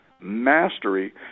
mastery